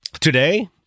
Today